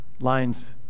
lines